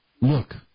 look